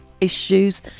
issues